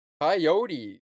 Coyote